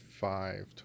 five